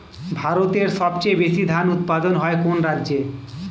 ভারতের সবচেয়ে বেশী ধান উৎপাদন হয় কোন রাজ্যে?